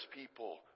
people